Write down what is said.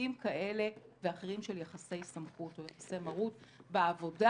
בסוגים כאלה ואחרים של יחסי סמכות או יחסי מרות בעבודה,